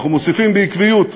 אנחנו מוסיפים בעקביות.